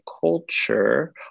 culture